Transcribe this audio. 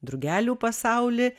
drugelių pasaulį